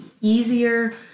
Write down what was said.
easier